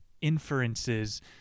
Inferences